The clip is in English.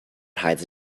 hides